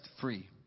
free